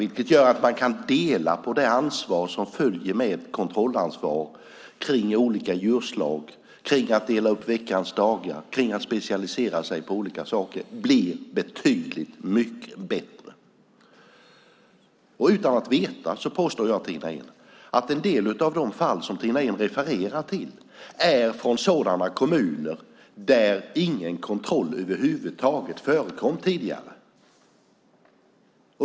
Det gör att man kan dela på det ansvar som följer med kontrolluppdraget kring olika djurslag, från att dela upp veckans dagar till att specialisera sig på olika saker. Utan att veta påstår jag, Tina Ehn, att en del av de fall som Tina Ehn refererar till är från sådana kommuner där ingen kontroll över huvud taget förekom tidigare.